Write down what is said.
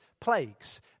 plagues